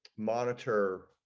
monitor